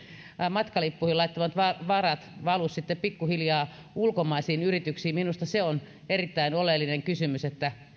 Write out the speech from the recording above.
matkalippuihin laittamat varat valu pikkuhiljaa ulkomaisiin yrityksiin minusta se on erittäin oleellinen kysymys että